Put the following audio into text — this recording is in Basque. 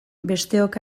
besteok